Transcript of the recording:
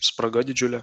spraga didžiulė